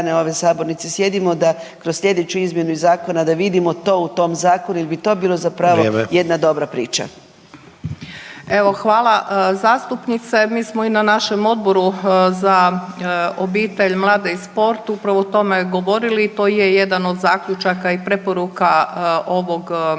ove sabornice sjedimo da kroz slijedeću izmjenu zakona da vidimo to u tom zakonu jer bi to bilo zapravo …/Upadica: Vrijeme./… jedna dobra priča. **Murganić, Nada (HDZ)** Evo, hvala zastupnice mi smo i na našem Odboru za obitelj, mlade i sport upravo o tome govorili i to je jedan od zaključaka i preporuka ovog